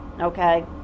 Okay